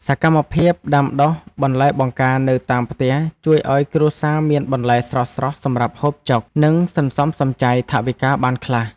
សកម្មភាពដាំដុះបន្លែបង្ការនៅតាមផ្ទះជួយឱ្យគ្រួសារមានបន្លែស្រស់ៗសម្រាប់ហូបចុក និងសន្សំសំចៃថវិកាបានខ្លះ។